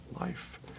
life